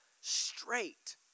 straight